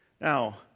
Now